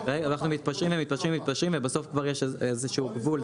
מתפשרים ומתפשרים ובסוף כבר יש איזשהו גבול,